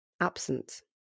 absent